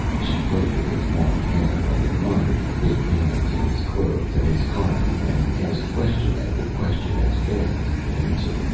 she played with his long hair, and admired his big hands and his clothes and his carbine, and asked question after question, as fast as he could answer,